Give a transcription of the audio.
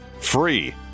free